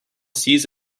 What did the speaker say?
sees